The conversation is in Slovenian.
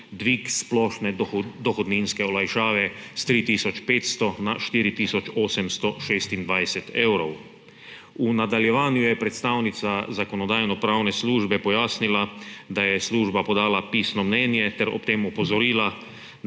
dvig splošne dohodninske olajšave s 3 tisoč 500 na 4 tisoč 826 evrov. V nadaljevanju je predstavnica Zakonodajno-pravne službe pojasnila, da je služba podala pisno mnenje ter ob tem opozorila